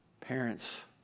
parents